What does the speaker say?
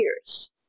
years